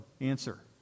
Answer